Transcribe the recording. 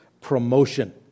promotion